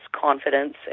confidence